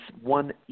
one